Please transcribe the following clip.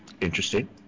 Interesting